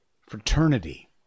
fraternity